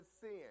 sin